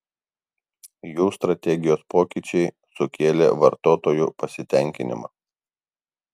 jų strategijos pokyčiai sukėlė vartotojų pasitenkinimą